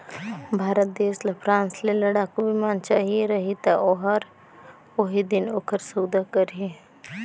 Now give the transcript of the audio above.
भारत देस ल फ्रांस ले लड़ाकू बिमान चाहिए रही ता ओहर ओही दिन ओकर सउदा करही